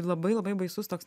labai labai baisus toks